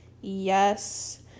Yes